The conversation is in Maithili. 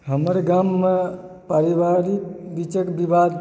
हमर गाममे पारिवारिक बीचके विवाद